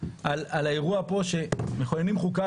על המשאל הטלפוני.